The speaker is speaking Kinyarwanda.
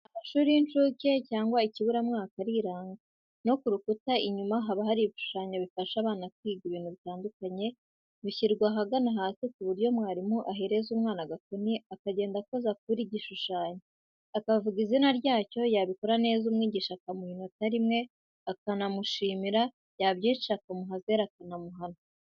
Amashuri y'incuke cyangwa ikiburamwaka ariranga, no ku rukuta inyuma haba hari ibishushanyo bifasha abana kwiga ibintu bitandukanye, bishyirwa ahagana hasi ku buryo mwarimu ahereza umwana agakoni akagenda akoza kuri buri gishushanyo, akavuga izina ryacyo, yabikora neza umwigisha akamuha inota rimwe akanamushimira, yabyica akamuha zeru, akanamuhana.